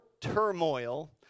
turmoil